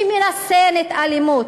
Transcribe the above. שמרסנת אלימות.